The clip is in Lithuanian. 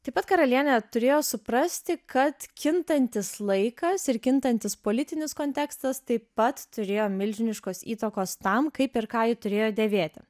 taip pat karalienė turėjo suprasti kad kintantis laikas ir kintantis politinis kontekstas taip pat turėjo milžiniškos įtakos tam kaip ir ką ji turėjo dėvėti